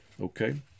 Okay